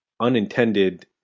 unintended